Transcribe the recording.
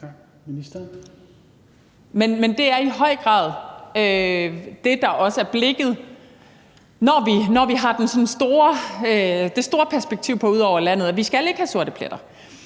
Men det er i høj grad det, der også er blikket, når vi har det sådan store perspektiv på ud over landet, nemlig at vi ikke skal have sorte pletter.